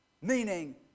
Meaning